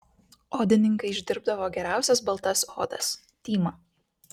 odininkai išdirbdavo geriausias baltas odas tymą